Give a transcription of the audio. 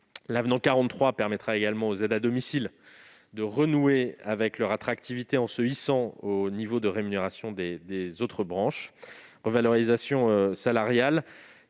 L'avenant 43 permettra également aux aides à domicile de retrouver leur attractivité en les hissant au niveau de rémunération des autres branches. Cette revalorisation salariale